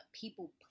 people